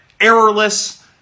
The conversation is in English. errorless